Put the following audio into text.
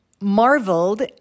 marveled